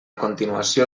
continuació